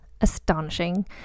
astonishing